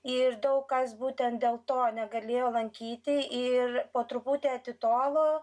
ir daug kas būtent dėl to negalėjo lankyti ir po truputį atitolo